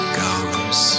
goes